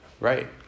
Right